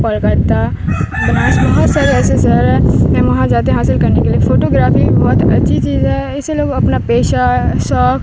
کلکتہ بنارس بہت سارے ایسے شہر ہیں وہاں جاتے ہیں حاصل کرنے کے لیے فوٹوگرافی بہت اچھی چیز ہے اس سے لوگ اپنا پیشہ شوق